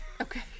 Okay